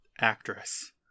actress